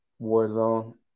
Warzone